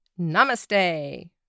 namaste